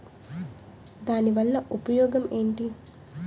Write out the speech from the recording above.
దాని వల్ల ఉపయోగం ఎంటి?